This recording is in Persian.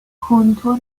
کنتور